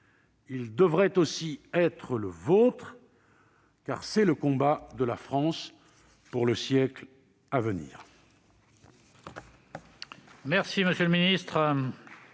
il devrait aussi être le vôtre, car c'est le combat de la France pour le siècle à venir.